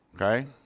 Okay